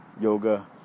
yoga